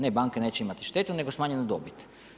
Ne banke, neće imati štetu nego smanjeni dobit.